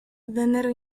vennero